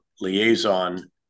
liaison